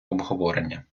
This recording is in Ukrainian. обговорення